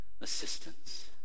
assistance